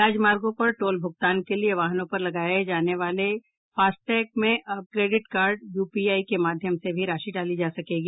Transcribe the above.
राजमार्गों पर टोल भुगतान के लिए वाहनों पर लगाये जाने वाले फास्टैग में अब क्रेडिट कार्ड और यूपीआई के माध्यम से भी राशि डाली जा सकेगी